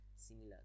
similar